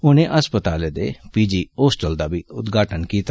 उनें अस्पतालै दे पी जी होस्टल दा बी उदघाटन कीता